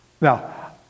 Now